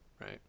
right